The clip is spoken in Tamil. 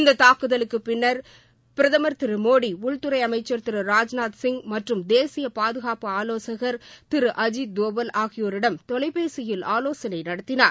இந்த தாக்குதலுக்குப் பின்னர் பிரதமர் திரு மோடி உள்துறை அமைச்சர் திரு ராஜ்நாத் சிங் மற்றும் தேசிய பாதுகாப்பு ஆலோசகர் திரு அஜீத்தோவல் ஆகியோரிடம் தொலைபேசியில் ஆலோசனை நடத்தினார்